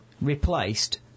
replaced